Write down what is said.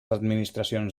administracions